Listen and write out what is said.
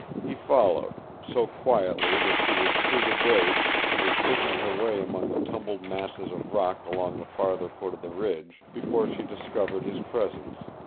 he followed, so quietly that she was through the break, and was picking her way among the tumbled masses of rock along the farther foot of the ridge, before she discovered his presence.